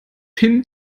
hin